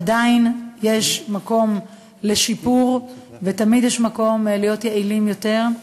עדיין יש מקום לשיפור ותמיד יש מקום להיות יעילים יותר,